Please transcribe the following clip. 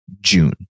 June